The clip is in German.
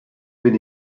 bin